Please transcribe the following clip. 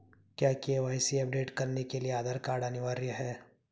क्या KYC update करने के लिए आधार कार्ड अनिवार्य है?